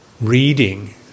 reading